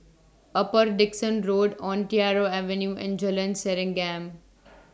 Upper Dickson Road Ontario Avenue and Jalan Serengam